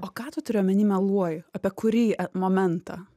o ką tu turi omeny meluoji apie kurį momentą